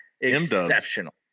exceptional